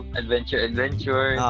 adventure-adventure